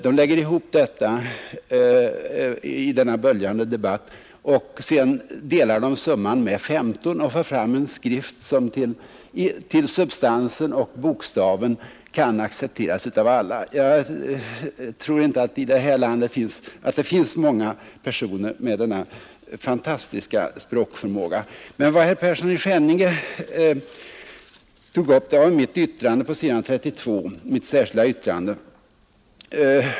Sedan delar de summan med 15 och får fram en skrift, som till sin substans och bokstav kan accepteras av alla. Jag tror inte att det finns många personer i detta land med den fantastiska språkförmågan. Herr Persson i Skänninge tog upp mitt särskilda yttrande på s. 32 i utskottets betänkande.